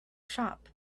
shop